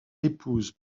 épouse